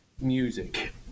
music